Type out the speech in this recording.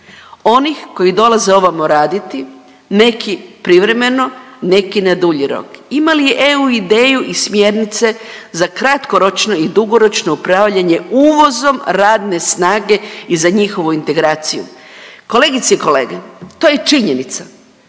onih koji dolaze ovamo raditi, neki privremeno, neki na dulji rok? Ima li EU ideju i smjernice za kratkoročno i dugoročno upravljanje uvozom radne snage i za njihovu integraciju? Kolegice i kolege, to je činjenica,